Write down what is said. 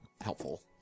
helpful